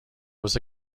was